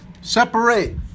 Separate